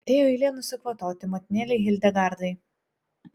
atėjo eilė nusikvatoti motinėlei hildegardai